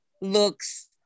looks